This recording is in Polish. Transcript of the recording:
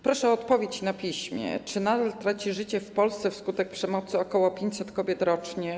Proszę o odpowiedź na piśmie na pytania: Czy nadal traci życie w Polsce wskutek przemocy ok. 500 kobiet rocznie?